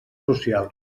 socials